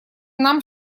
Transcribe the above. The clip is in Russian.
нам